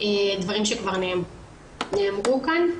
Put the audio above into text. דברים שכבר נאמרו כאן.